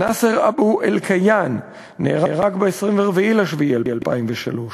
נאסר אבו אלקיעאן נהרג ב-24 ביולי 2003,